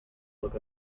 look